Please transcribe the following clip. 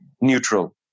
neutral